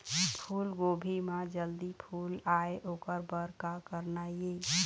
फूलगोभी म जल्दी फूल आय ओकर बर का करना ये?